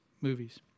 movies